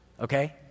okay